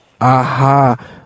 aha